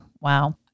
wow